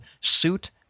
Suit